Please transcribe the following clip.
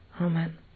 Amen